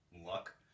luck